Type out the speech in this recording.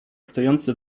stojący